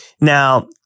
Now